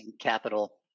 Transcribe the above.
capital